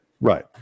Right